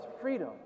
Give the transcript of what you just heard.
freedom